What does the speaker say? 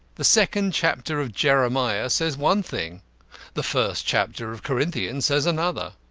the second chapter of jeremiah says one thing the first chapter of corinthians says another.